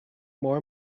more